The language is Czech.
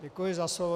Děkuji za slovo.